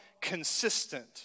consistent